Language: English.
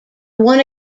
one